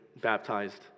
baptized